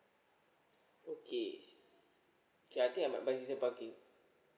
okay okay I think I might buy season parking